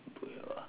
bush uh